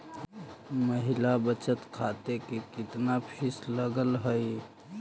महिला बचत खाते के केतना फीस लगअ हई